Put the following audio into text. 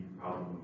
problem